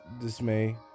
dismay